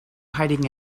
hiding